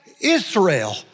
Israel